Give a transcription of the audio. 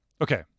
okay